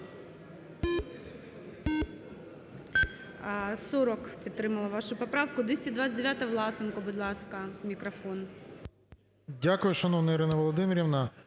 Дякую, шановна Ірина Володимирівна.